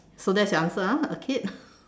so that's your answer ah a kid